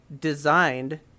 designed